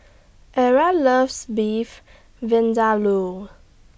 Ira loves Beef Vindaloo